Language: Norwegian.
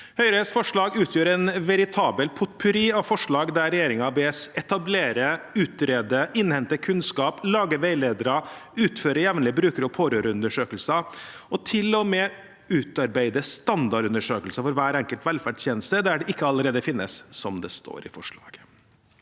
Høyres forslag utgjør en veritabel potpurri av forslag der regjeringen bes etablere, utrede, innhente kunnskap, lage veiledere, utføre jevnlige bruker- og pårørendeundersøkelser og til og med «utarbeide standardundersøkelser for hver enkelt velferdstjeneste der dette ikke allerede finnes», som det står i forslaget.